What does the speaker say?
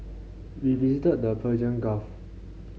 we visited the Persian Gulf